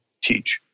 teach